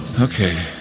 Okay